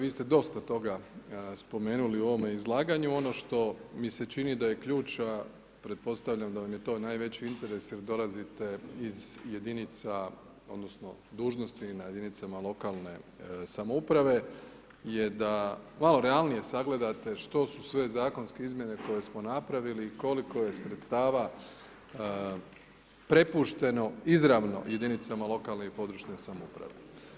Vi ste dosta toga spomenuli u ovome izlaganju, ono što mi se čini da je ključ, a pretpostavljam da vam je to najveći interes, jel dolazite iz jedinica odnosno dužnosti na jedinicama lokalne samouprave, je da malo realnije sagledate što su sve zakonske izmjene koje smo napravili i koliko je sredstava prepušteno izravno jedinicama lokalne i područne samouprave.